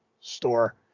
store